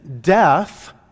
death